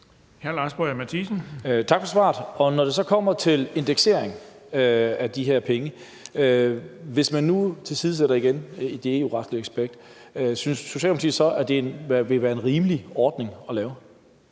14:39 Lars Boje Mathiesen (NB): Tak for svaret. Når det så kommer til indeksering af de her dagpenge – hvis vi nu igen tilsidesætter det EU-retlige aspekt – synes Socialdemokratiet så, at det vil være en rimelig ordning at lave?